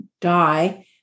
die